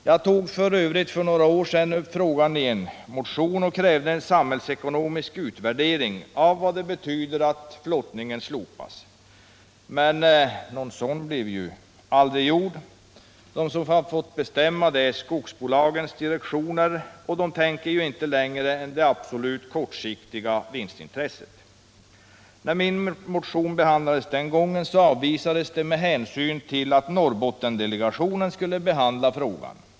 Jag tog för något år sedan upp frågan i en motion och krävde en samhällsekonomisk utvärdering av vad det betyder att flottningen slopas, men någon sådan blev aldrig gjord. De som har fått bestämma är skogsbolagens direktioner, och de tänker ju inte längre än till det kortsiktiga vinstintresset. När min motion behandlades, avvisades den med hänvisning tillatt Norrbottensdelegationen skulle behandla frågan.